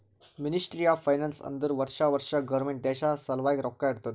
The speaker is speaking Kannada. ಮಿನಿಸ್ಟ್ರಿ ಆಫ್ ಫೈನಾನ್ಸ್ ಅಂದುರ್ ವರ್ಷಾ ವರ್ಷಾ ಗೌರ್ಮೆಂಟ್ ದೇಶ ಸಲ್ವಾಗಿ ರೊಕ್ಕಾ ಇಡ್ತುದ